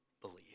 believe